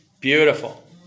Beautiful